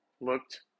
looked